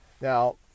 Now